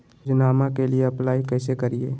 योजनामा के लिए अप्लाई कैसे करिए?